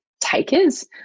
takers